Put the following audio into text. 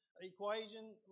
equation